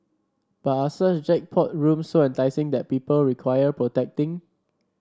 but are such jackpot rooms so enticing that people require protecting